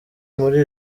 muri